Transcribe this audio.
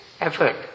effort